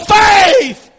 faith